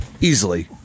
Easily